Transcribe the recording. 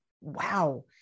Wow